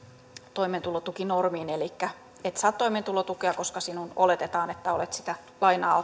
toimeentulotukinormiin elikkä et saa toimeentulotukea koska oletetaan että olet sitä lainaa